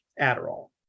Adderall